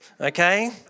okay